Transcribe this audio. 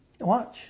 watch